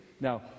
now